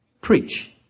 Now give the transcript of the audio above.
Preach